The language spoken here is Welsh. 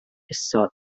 isod